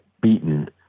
beaten